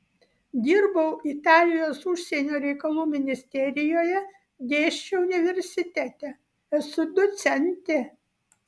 dirbau italijos užsienio reikalų ministerijoje dėsčiau universitete esu docentė